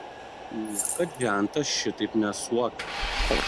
niekad žentas šitaip nesuokė